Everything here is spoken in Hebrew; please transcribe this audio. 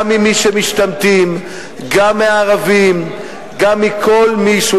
גם ממי שמשתמטים,